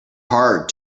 hard